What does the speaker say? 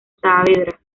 saavedra